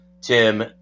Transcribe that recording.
Tim